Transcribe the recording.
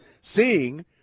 seeing